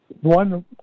one